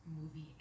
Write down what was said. movie